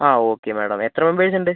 ആ okay madam എത്ര members ഉണ്ട്